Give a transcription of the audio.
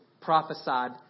prophesied